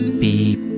beep